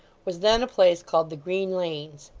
was then a place called the green lanes.